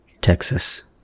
Texas